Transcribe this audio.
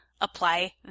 apply